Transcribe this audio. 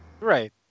right